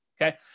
okay